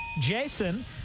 Jason